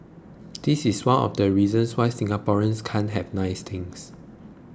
this is one of the reasons why Singaporeans can have nice things